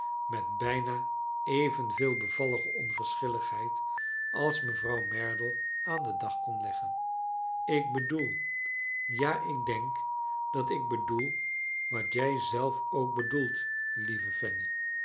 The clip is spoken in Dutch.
met bijna evenveel bevallige onverschilligheid als mevrouw merdle aan den dag kon leggen ik bedoel ja ik denk dat ik bedoel wat jij zelf ook bedoelt lieve fanny